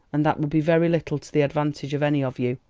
and that will be very little to the advantage of any of you.